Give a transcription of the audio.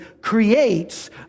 creates